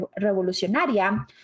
Revolucionaria